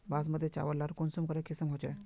बासमती चावल लार कुंसम करे किसम होचए?